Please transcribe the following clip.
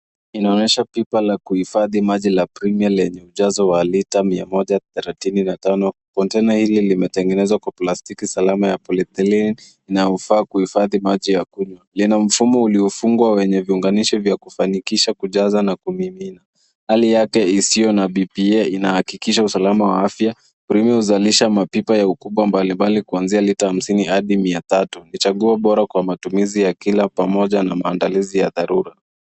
Inaonyesha pipa la kuhifadhi maji la Premier lenye ujazo wa lita mia moja, thelathini na tano, kontaina hili limetengenezwa kwa plastiki salama ya polyethelene na hufaa huhifadhi maji ya kunywa. Lina mfumo uliofungwa wenye viunganishi vya kufanikisha kujaza na kumimina. Hali yake isio na B.P.A inahakikisha usalama wa afya. Premier huzalisha mapipa ya ukubwa mbalimbali kuanzia lita hamsini hadi mia tatu. Ni chaguo bora kwa matumizi ya kila pamoja na maandalizi ya dharura.